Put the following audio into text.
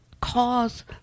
cause